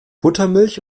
buttermilch